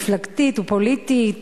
מפלגתית ופוליטית,